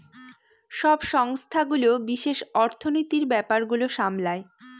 সব সংস্থাগুলো বিশেষ অর্থনীতির ব্যাপার গুলো সামলায়